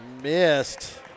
missed